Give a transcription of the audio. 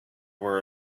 were